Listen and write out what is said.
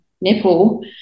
nipple